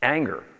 Anger